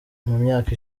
myaka